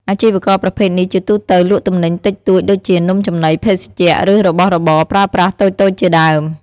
អាជីវករប្រភេទនេះជាទូទៅលក់ទំនិញតិចតួចដូចជា នំចំណី ភេសជ្ជៈ ឬរបស់របរប្រើប្រាស់តូចៗជាដើម។